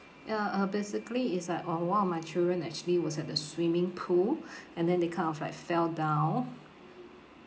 ya uh basically is like uh one of my children actually was at the swimming pool and then they kind of like fell down